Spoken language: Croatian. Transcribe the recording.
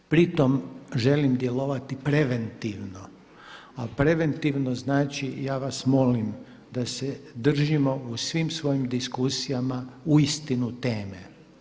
Pri tom želim djelovati preventivno, a preventivno znači ja vas molim da se držimo u svim svojim diskusijama uistinu teme.